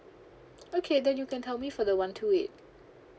okay then you can tell me for the one two eight